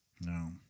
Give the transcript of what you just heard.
No